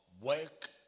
work